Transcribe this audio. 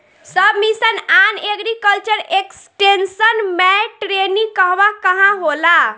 सब mission on agriculture extension मै टेरेनीं कहवा कहा होला?